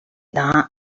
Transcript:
that